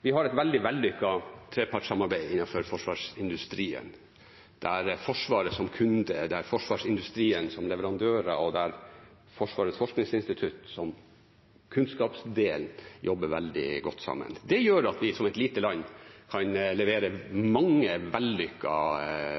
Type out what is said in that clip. Vi har et veldig vellykket trepartssamarbeid innenfor forsvarsindustrien – der Forsvaret som kunde, forsvarsindustrien som leverandører og Forsvarets forskningsinstitutt som kunnskapsdel jobber veldig godt sammen. Det gjør at vi, som et lite land, kan levere mange